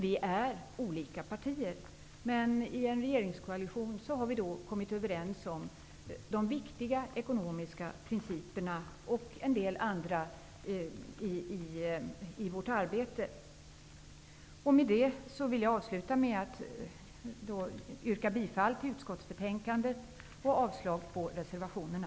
Vi är olika partier, men vi har i en regeringskoalition kommit överens om de viktiga ekonomiska principerna och en del andra principer för vårt arbete. Jag vill avsluta med att yrka bifall till utskottets hemställan och avslag på reservationerna.